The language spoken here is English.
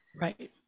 Right